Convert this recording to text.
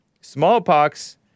smallpox